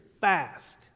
fast